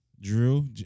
Drew